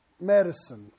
medicine